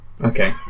Okay